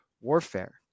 warfare